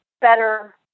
better